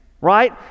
right